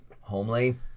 homely